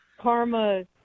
karma